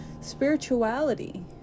Spirituality